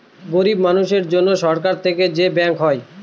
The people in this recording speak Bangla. গরিব মানুষের জন্য সরকার থেকে যে ব্যাঙ্ক হয়